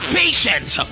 patience